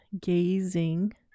gazing